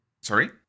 Sorry